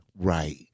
right